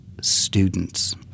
students